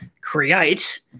create